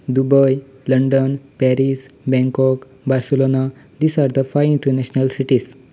Dubai London Paris Bangkok Barcelona these are the five international cities